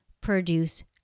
produce